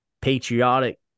patriotic